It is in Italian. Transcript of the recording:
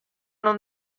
non